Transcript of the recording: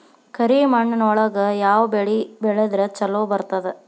ಕರಿಮಣ್ಣೊಳಗ ಯಾವ ಬೆಳಿ ಬೆಳದ್ರ ಛಲೋ ಬರ್ತದ?